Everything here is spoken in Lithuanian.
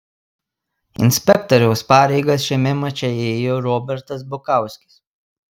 inspektoriaus pareigas šiame mače ėjo robertas bukauskis